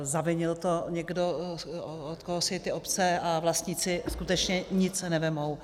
Zavinil to někdo, od koho si ty obce a vlastníci skutečně nic nevezmou.